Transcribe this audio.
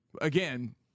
again